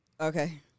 Okay